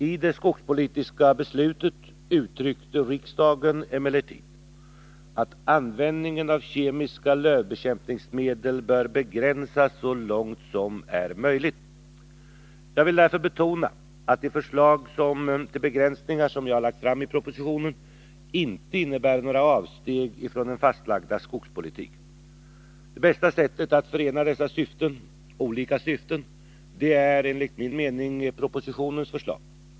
I det skogspolitiska beslutet uttryckte riksdagen emellertid att användningen av kemiska lövbekämpningsmedel bör begränsas så långt som möjligt. Jag vill därför betona att de förslag till begränsningar som jag lagt fram i propositionen inte innebär några avsteg från den fastlagda skogspolitiken. Det bästa sättet att förena dessa olika syften är enligt min mening propositionens förslag.